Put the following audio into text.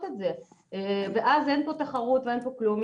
את זה ואז אין פה תחרות ואין פה כלום.